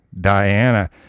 Diana